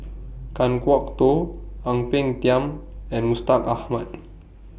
Kan Kwok Toh Ang Peng Tiam and Mustaq Ahmad